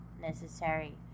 necessary